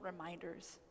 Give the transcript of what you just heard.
reminders